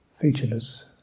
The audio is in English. featureless